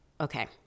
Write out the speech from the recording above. Okay